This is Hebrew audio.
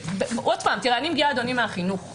עוד פעם, אני מגיעה, אדוני, מהחינוך.